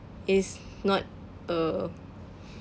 is not uh